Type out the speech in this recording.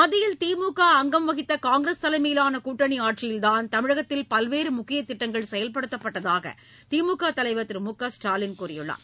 மத்தியில் திமுக அங்கம் வகித்த காங்கிரஸ் தலைமையிலான கூட்டணி ஆட்சியில்தான் தமிழகத்தில் பல்வேறு முக்கிய திட்டங்கள் செயல்படுத்தப்பட்டதாக திமுக தலைவர் திரு மு க ஸ்டாலின் கூறியுள்ளார்